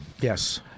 Yes